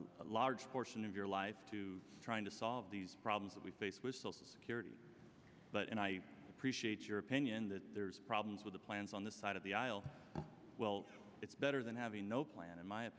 large portion of your lives to trying to solve the problems that we face which still security but and i appreciate your opinion that there's problems with the plans on the side of the aisle well it's better than having no plan in my